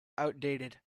outdated